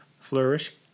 flourish